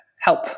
help